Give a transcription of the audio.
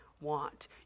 Want